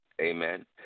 Amen